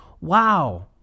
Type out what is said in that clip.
wow